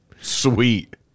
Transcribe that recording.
sweet